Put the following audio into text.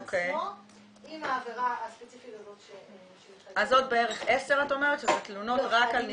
אז עוד בערך 10 תלונות רק על --- לא,